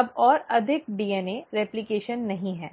अब और अधिक डीएनए रेप्लकेशन नहीं है